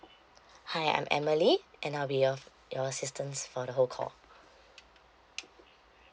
hi I'm emily and I'll be your your assistance for the whole call